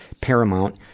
Paramount